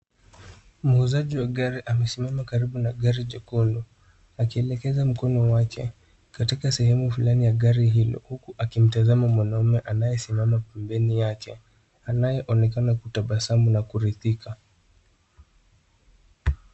Muuzaji wa gari amesimama karibu na gari jekundu akielekeza mkono wake katika sehemu fulani ya gari hilo huku akimtazama mwanaume anayesimama pembeni yake anayeonekana kutabasamu na kuridhika.